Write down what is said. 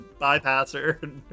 bypasser